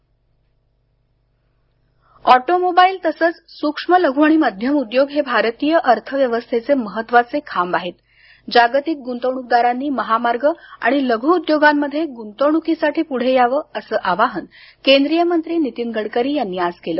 Nitin Gadkari automobile तसंच सूक्ष्म लघु आणि मध्यम उद्योग हे भारतीय अर्थव्यवस्थेचे महत्त्वाचे खांब असून जागतिक गुंतवणूकदारांनी महामार्ग आणि लघू उद्योगांमध्ये गुंतवणुकीसाठी पुढे यावं असं आवाहन केंद्रीय मंत्री नितीन गडकरी यांनी आज केलं